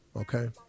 Okay